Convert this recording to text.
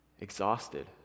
exhausted